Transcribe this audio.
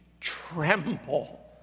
tremble